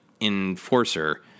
enforcer